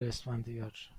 اسفندیار